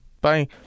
Bye